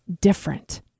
different